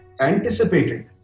anticipated